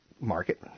market